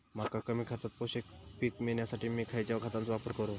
मका कमी खर्चात पोषक पीक मिळण्यासाठी मी खैयच्या खतांचो वापर करू?